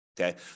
Okay